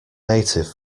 native